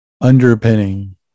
underpinning